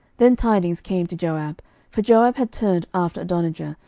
then tidings came to joab for joab had turned after adonijah,